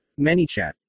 ManyChat